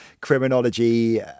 criminology